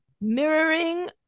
Mirroring